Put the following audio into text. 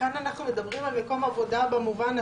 כאן אנחנו מדברים על מקום עבודה הספציפי.